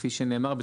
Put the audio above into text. כפי שנאמר,